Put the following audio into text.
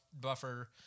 buffer